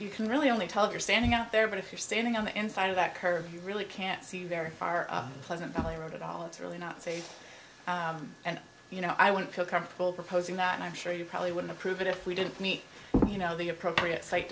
you can really only tell if you're standing out there but if you're standing on the inside of that curve you really can't see very far pleasant valley road at all it's really not safe and you know i wouldn't feel comfortable proposing that and i'm sure you probably wouldn't approve it if we didn't meet you know the appropriate s